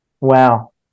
Wow